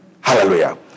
Hallelujah